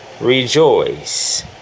Rejoice